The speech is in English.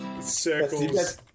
Circles